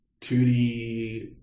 2D